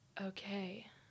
Okay